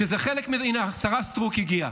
שזה חלק, הינה, השרה סטרוק הגיעה.